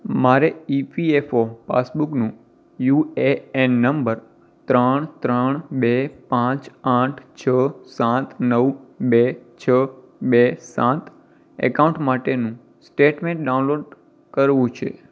મારે E P F O પાસબુકનું U A N number ત્રણ ત્રણ બે પાંચ આઠ છ સાત નવ બે છ બે સાત ઍકાઉન્ટ માટેનું સ્ટેટમેન્ટ ડાઉનલોડ કરવું છે